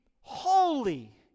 holy